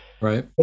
Right